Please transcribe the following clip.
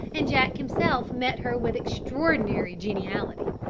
and jack himself met her with extraordinary geniality.